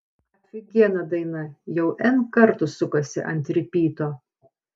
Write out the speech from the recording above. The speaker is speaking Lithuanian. afigiena daina jau n kartų sukasi ant ripyto